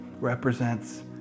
represents